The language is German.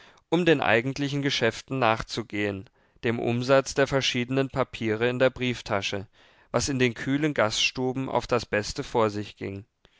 um den eigentlichen geschäften nachzugehen dem umsatz der verschiedenen papiere in der brieftasche was in den kühlen gaststuben auf das beste vor sich ging